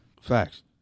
Facts